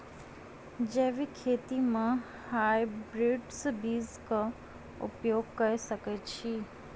जैविक खेती म हायब्रिडस बीज कऽ उपयोग कऽ सकैय छी?